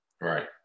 Right